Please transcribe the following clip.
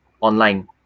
online